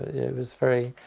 it was very.